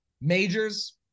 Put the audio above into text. majors